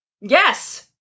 Yes